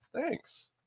thanks